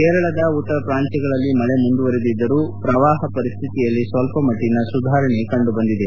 ಕೇರಳದ ಉತ್ತರ ಪಾಂತ್ಯಗಳಲ್ಲಿ ಮಳೆ ಮುಂದುವರಿದಿದ್ದರೂ ಪ್ರವಾಪ ಪರಿಶ್ಠಿತಿಯಲ್ಲಿ ಸ್ವಲ್ಪಮಟ್ಟನ ಸುಧಾರಣೆ ಕಂಡು ಬಂದಿದೆ